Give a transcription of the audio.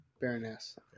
Baroness